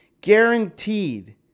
Guaranteed